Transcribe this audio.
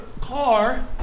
car